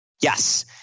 Yes